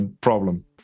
problem